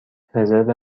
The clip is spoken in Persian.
رزرو